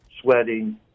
sweating